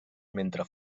mentre